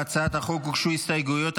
להצעת החוק הוגשו הסתייגויות,